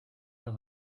dans